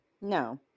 No